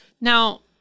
now